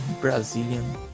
Brazilian